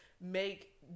make